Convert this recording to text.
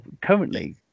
Currently